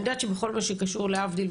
אני יודעת שבכל מה שקשור להבדיל,